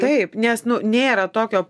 taip nes nu nėra tokio